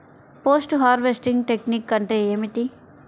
Post harvesting technique అంటే ఏమిటీ?